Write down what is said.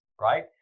right